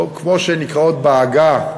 כמו שנקראות בעגה,